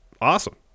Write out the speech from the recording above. awesome